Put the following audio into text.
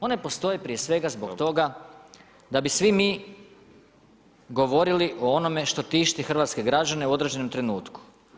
One postoje prije svega, radi toga da bi svi mi govorili o onome što tišti hrvatske građane u određenom trenutku.